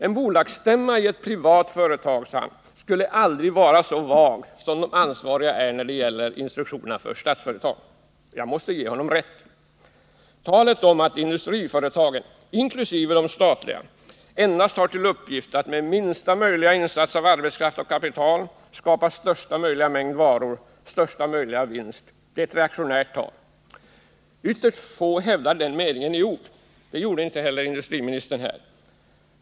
En bolagsstämma i ett privat företag skulle aldrig vara så vag som de ansvariga är när det gäller instruktionerna för Statsföretag, sade han. Jag måste ge honom rätt. Talet om att industriföretagen, inkl. de statliga, endast har till uppgift att med minsta möjliga insats av arbetskraft och kapital skapa största möjliga mängd varor och största möjliga vinst är reaktionärt. Ytterst få hävdar denna mening beträffande industriföretagens uppgift i ord — det gjorde inte heller industriministern.